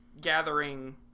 gathering